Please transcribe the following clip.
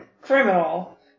criminal